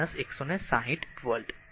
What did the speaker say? તેથી v2 160 volt